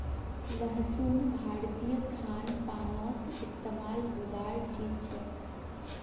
लहसुन भारतीय खान पानोत इस्तेमाल होबार चीज छे